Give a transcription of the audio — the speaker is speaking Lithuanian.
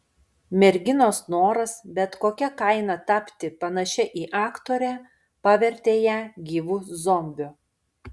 merginos noras bet kokia kaina tapti panašia į aktorę pavertė ją gyvu zombiu